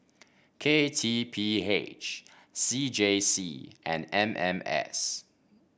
K T P H C J C and M M S